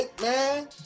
man